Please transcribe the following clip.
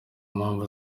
mpamvu